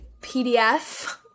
PDF